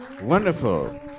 Wonderful